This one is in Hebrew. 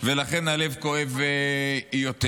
ולכן הלב כואב יותר.